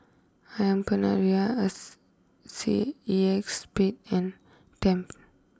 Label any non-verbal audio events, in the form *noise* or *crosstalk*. Ayam Penyet Ria *unintelligible* C E X Spade and Tempt